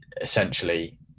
essentially